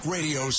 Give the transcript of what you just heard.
Radio